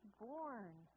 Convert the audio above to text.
born